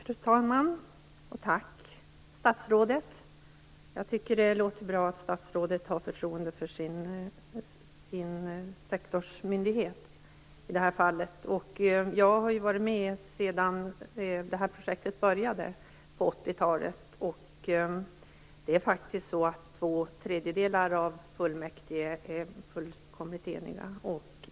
Fru talman! Tack, statsrådet! Jag tycker det låter bra att statsrådet har förtroende för sin sektorsmyndighet i det här fallet. Jag har ju varit med sedan det här projektet började på 80-talet, och det är faktiskt så att två tredjedelar av fullmäktige är fullkomligt eniga.